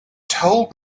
told